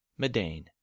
Medane